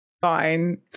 fine